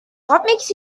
makes